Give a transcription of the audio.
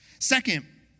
Second